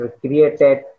created